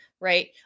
right